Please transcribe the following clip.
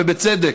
ובצדק,